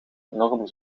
enorm